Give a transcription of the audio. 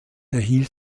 erhielt